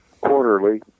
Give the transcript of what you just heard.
quarterly